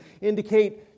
indicate